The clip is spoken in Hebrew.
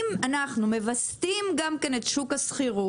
אם אנחנו מווסתים גם כן את שוק השכירות,